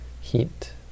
heat